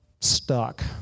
stuck